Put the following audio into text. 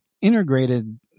integrated